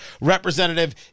representative